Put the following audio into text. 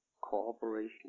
cooperation